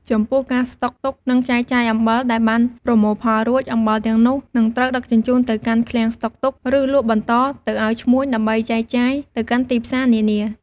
ចំពោះ ការស្តុកទុក និងចែកចាយអំបិលដែលបានប្រមូលផលរួច អំបិលទាំងនោះនឹងត្រូវដឹកជញ្ជូនទៅកាន់ឃ្លាំងស្តុកទុក ឬលក់បន្តទៅឱ្យឈ្មួញ ដើម្បីចែកចាយទៅកាន់ទីផ្សារនានា។